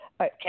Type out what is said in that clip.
okay